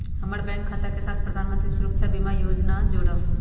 हम्मर बैंक खाता के साथ प्रधानमंत्री सुरक्षा बीमा योजना जोड़ा